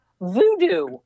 voodoo